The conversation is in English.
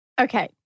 Okay